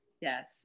yes